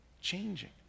changing